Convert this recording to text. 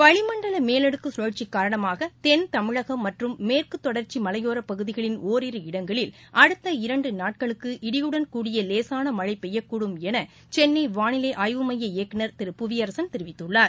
வளிமண்டல மேலடுக்கு சுழற்சி காரணமாக தென் தமிழகம் மற்றும் மேற்கு தொடர்ச்சி மலையோர பகுதிகளின் ஓரிரு இடங்களில் அடுத்த இரண்டு நாட்களுக்கு இடியுடன் கூடிய லேசான மழை பெய்யக்கூடும் என சென்னை வானிலை ஆய்வு மைய இயக்குனர் திரு புவியரசன் தெரிவித்துள்ளார்